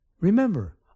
Remember